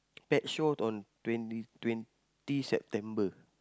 pet show on twenty twenty September